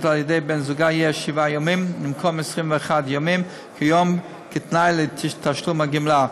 על-ידי בן זוגה יהיה שבעה ימים במקום 21 ימים כיום כתנאי לתשלום הגמלה,